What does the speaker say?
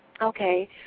Okay